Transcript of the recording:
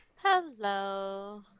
Hello